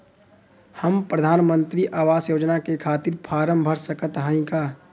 हम प्रधान मंत्री आवास योजना के खातिर फारम भर सकत हयी का?